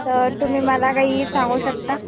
तर तुम्ही मला काही सांगू शकता